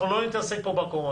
אנחנו לא נכנס לפה בקורונה.